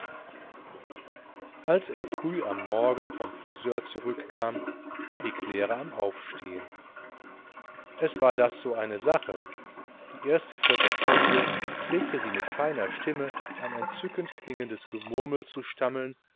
als er früh am morgen vom friseur zurückkam war die claire am aufstehen es war das so eine sache die erste viertelstunde pflegte sie mit feiner stimme ein entzückend klingendes gemurmel zu stammeln